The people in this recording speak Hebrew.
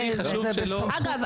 אגב,